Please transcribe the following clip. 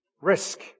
Risk